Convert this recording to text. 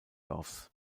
offs